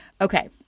Okay